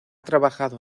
trabajado